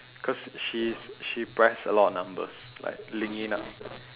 cause she's she pressed a lot of numbers like link it up